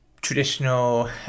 traditional